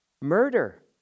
murder